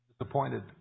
Disappointed